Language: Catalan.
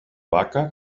vaca